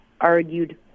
argued